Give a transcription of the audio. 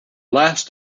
last